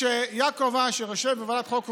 וכשיעקב אשר יושב בוועדת החוקה,